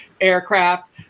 aircraft